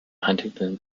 huntington